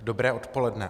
Dobré odpoledne.